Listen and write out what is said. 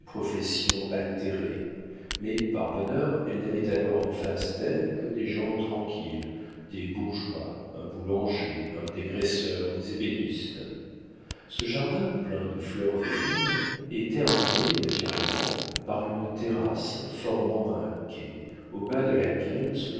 professions altérées mais par bonheur elle n'avait alors en face d'elle que des gens tranquilles des bourgeois un boulanger un dégraisseur des ébénistes ce jardin plein de fleurs communes est terminé naturellement par une terrasse formant un quai au bas de laquelle